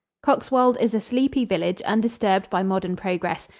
coxwold is a sleepy village undisturbed by modern progress,